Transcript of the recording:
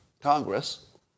Congress